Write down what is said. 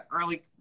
early